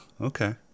okay